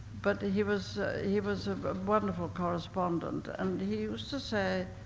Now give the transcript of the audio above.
but he was he was a wonderful correspondent, and he used to say,